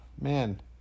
man